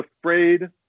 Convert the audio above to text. afraid